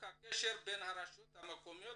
הקשר בין הרשויות המקומיות